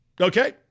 okay